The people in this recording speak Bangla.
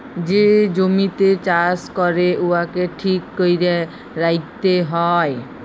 যে জমিতে চাষ ক্যরে উয়াকে ঠিক ক্যরে রাইখতে হ্যয়